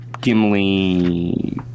Gimli